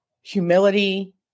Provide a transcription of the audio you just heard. humility